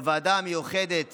בוועדה המיוחדת